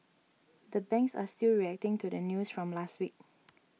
the banks are still reacting to the news from last week